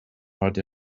heute